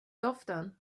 doften